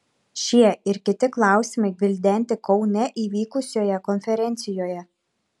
šie ir kiti klausimai gvildenti kaune įvykusioje konferencijoje